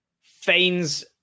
feigns